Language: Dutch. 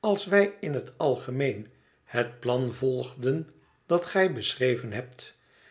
als wij in het algemeen het plan volgden dat gij beschreven hebt